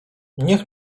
niech